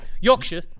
Yorkshire